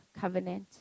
covenant